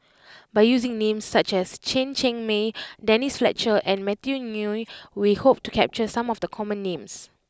by using names such as Chen Cheng Mei Denise Fletcher and Matthew Ngui we hope to capture some of the common names